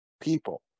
people